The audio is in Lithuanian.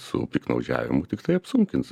su piktnaudžiavimu tiktai apsunkins